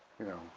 you know,